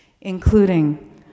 including